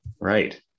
Right